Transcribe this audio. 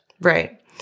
Right